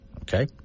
okay